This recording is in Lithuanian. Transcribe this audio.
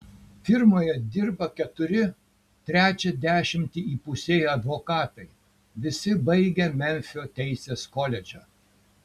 firmoje dirba keturi trečią dešimtį įpusėję advokatai visi baigę memfio teisės koledžą